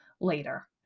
later